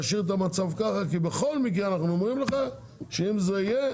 תשאיר את המצב ככה כי בכל מקרה אנחנו אומרים לך שאם זה יהיה,